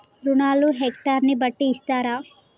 రుణాలు హెక్టర్ ని బట్టి ఇస్తారా?